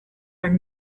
are